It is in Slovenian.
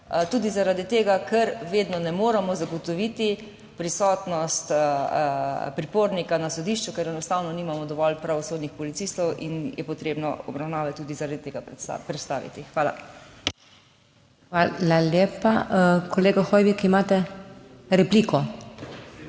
Tudi zaradi tega, ker vedno ne moremo zagotoviti prisotnost pripornika na sodišču, ker enostavno nimamo dovolj pravosodnih policistov in je potrebno obravnave tudi zaradi tega predstaviti. Hvala. PODPREDSEDNICA MAG. MEIRA HOT: Hvala lepa. Kolega Hoivik, imate repliko ali